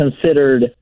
considered